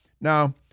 Now